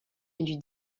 élu